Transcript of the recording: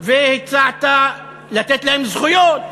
והצעת לתת להם זכויות,